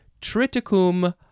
Triticum